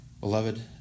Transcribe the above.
Beloved